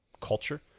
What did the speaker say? culture